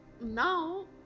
now